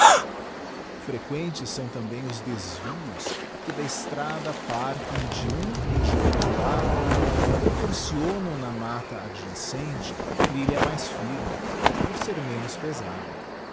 frequentes são também os desvios que da estrada partem de um e de outro lado e proporcionam na matta adjacente trilha mais firme por ser menos pesada